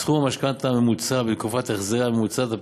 בסכום המשכנתה הממוצע ובתקופת ההחזר הממוצעת.